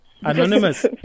Anonymous